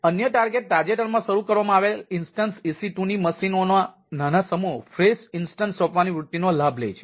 અન્ય ટાર્ગેટ તાજેતરમાં શરૂ કરવામાં આવેલા ઇન્સ્ટન્સ EC 2 ની મશીનોનો નાનો સમૂહ ફ્રેશ ઇન્સ્ટન્સ સોંપવાની વૃત્તિનો લાભ લે છે